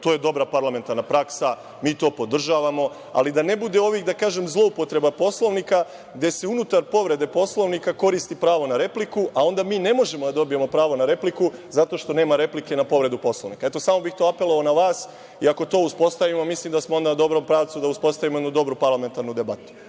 To je dobra parlamentarna praksa, mi to podržavamo. Ali, da ne bude ovih, da kažem, zloupotreba Poslovnika, gde se unutar povrede Poslovnika koristi pravo na repliku, a onda mi ne možemo da dobijemo pravo na repliku, zato što nema replike na povredu Poslovnika. Samo bih apelovao na vas i ako to uspostavimo, mislim da smo na dobrom pravcu da uspostavimo jednu dobru parlamentarnu debatu.